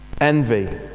Envy